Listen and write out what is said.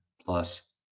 plus